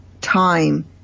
time